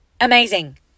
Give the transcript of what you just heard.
Amazing